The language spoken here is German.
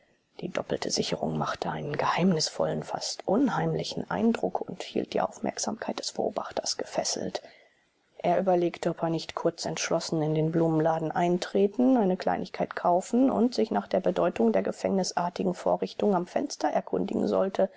die doppelte sicherung machte einen geheimnisvollen fast unheimlichen eindruck und hielt die aufmerksamkeit des beobachters gefesselt er überlegte ob er nicht kurz entschlossen in den blumenladen eintreten eine kleinigkeit kaufen und sich nach der bedeutung der gefängnisartigen vorrichtung am fenster erkundigen sollte